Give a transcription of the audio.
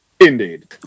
indeed